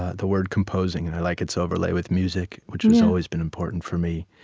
ah the word composing, and i like its overlay with music, which has always been important for me.